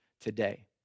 today